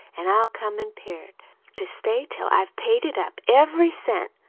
an' i'll come impaired to stay till i've paid it up every cent.